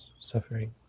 suffering